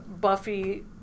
Buffy